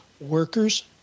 workers